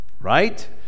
right